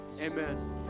Amen